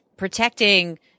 protecting